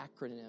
acronym